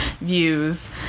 views